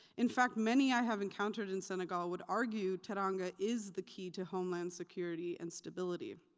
in fact, many i have encountered in senegal would argue teranga is the key to homeland security and stability.